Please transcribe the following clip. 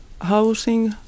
housing